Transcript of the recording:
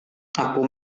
aku